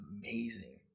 amazing